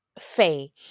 Faye